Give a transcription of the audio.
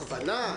הכוונה,